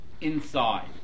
inside